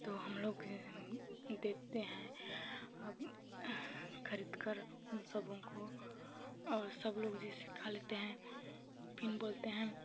तो हमलोग देते हैं अब खरीदकर सबों को और सब लोग जैसे खा लेते हैं फिर बोलते हैं